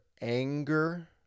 anger